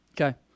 Okay